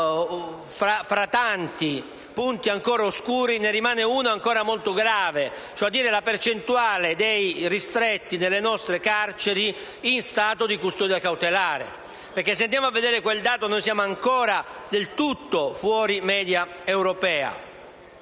Tra i tanti punti ancora oscuri, ne rimane però uno ancora molto grave, ovvero la percentuale dei ristretti nelle nostre carceri in stato di custodia cautelare. Se andiamo a vedere quel dato, siamo ancora del tutto fuori dalla media europea.